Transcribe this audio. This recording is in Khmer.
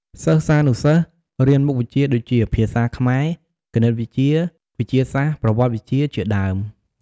សិស្សានុសិស្សរៀនមុខវិជ្ជាដូចជា ភាសាខ្មែរ គណិតវិទ្យា វិទ្យាសាស្ត្រ ប្រវត្តិវិទ្យា ជាដើម។